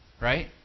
Right